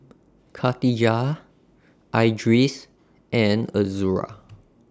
Khatijah Idris and Azura